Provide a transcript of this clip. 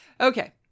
Okay